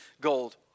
gold